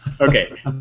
Okay